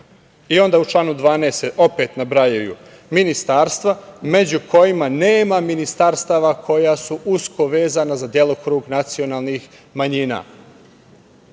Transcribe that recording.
članu 12. se opet nabrajaju ministarstva, među kojima nema ministarstava koja su usko vezana za delokrug nacionalnih manjina.